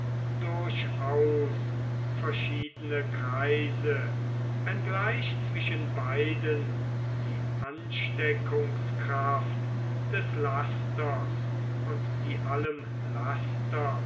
durchaus verschiedene kreise wenngleich zwischen beiden die ansteckungskraft des lasters und die allem laster